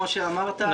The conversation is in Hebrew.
כפי שאמרת,